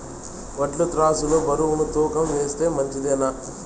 వడ్లు త్రాసు లో బరువును తూకం వేస్తే మంచిదేనా?